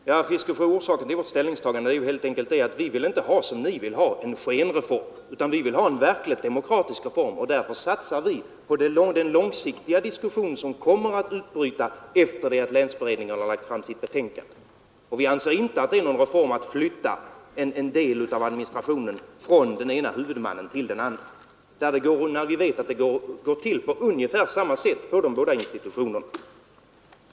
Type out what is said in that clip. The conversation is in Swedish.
Herr talman! Ja, herr Fiskesjö, orsaken till vårt ställningstagande är helt enkelt att vi inte som ni vill ha en skenreform utan en verkligt demokratisk reform. Därför satsar vi på den långsiktiga diskussion som kommer efter det att länsberedningen har lagt fram sitt betänkande. Vi anser inte att det är någon reform att flytta en del av administrationen från den ena huvudmannen till den andra, när vi vet att det går till på ungefär samma sätt inom de båda institutionerna.